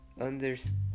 understand